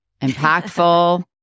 impactful